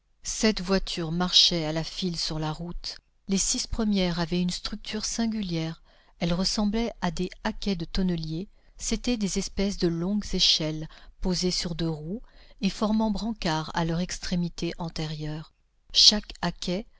sept voitures marchaient à la file sur la route les six premières avaient une structure singulière elles ressemblaient à des haquets de tonneliers c'étaient des espèces de longues échelles posées sur deux roues et formant brancard à leur extrémité antérieure chaque haquet